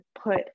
put